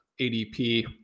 adp